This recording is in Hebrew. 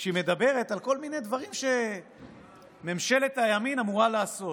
כשהיא מדברת על כל מיני דברים שממשלת הימין אמורה לעשות.